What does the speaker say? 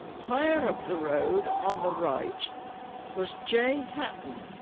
higher up the road on the right was j hatton,